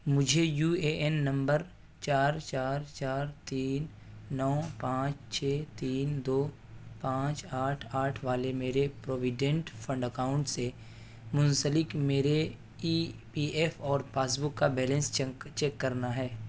مجھے U A N number چار چار چار تین نو پانچ چھ تین دو پانچ آٹھ آٹھ والے میرے پروویڈنٹ فنڈ اکاؤنٹ سے منسلک میرے ای پی ایف اور پاس بک کا بیلنس چیک کرنا ہے